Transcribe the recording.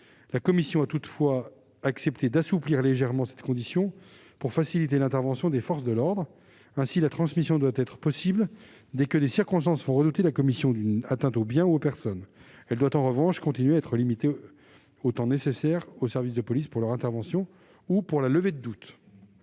Toutefois, elle a accepté d'assouplir légèrement cette condition pour faciliter l'intervention des forces de l'ordre. Ainsi, la transmission doit être possible dès que les circonstances font redouter la commission d'une atteinte aux biens ou aux personnes. En revanche, elle doit continuer à être limitée au temps nécessaire aux services de police pour leur intervention, ou pour la levée de doutes.